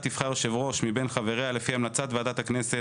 תבחר יושב-ראש מבין חבריה לפי המלצת ועדת הכנסת.